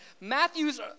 Matthew's